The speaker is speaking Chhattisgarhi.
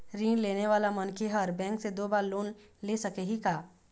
ऋण लेने वाला मनखे हर बैंक से दो बार लोन ले सकही का?